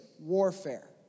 warfare